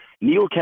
Neil